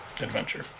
Adventure